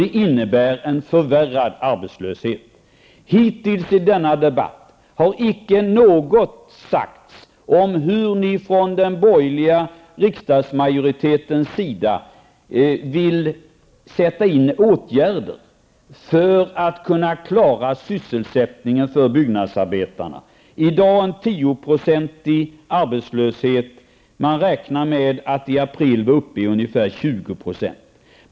Det innebär en förvärrad arbetslöshet. I denna debatt har hittills icke något sagts om vilka åtgärder den borgerliga riksdagsmajoriteten vill sätta in för att kunna klara sysselsättningen för byggnadsarbetarna. I dag har de en 10-procentig arbetslöshet, och det beräknas att arbetslösheten bland byggnadsarbetarna i april nästa år kommer att vara uppe i ungefär 20 %.